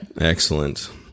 excellent